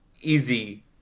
easy